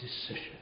decision